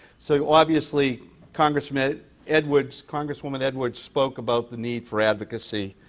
so obviously congressmen edwards, congresswomen edwards spoke about the need for advocacy,